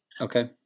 okay